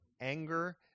anger